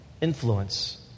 influence